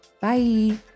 Bye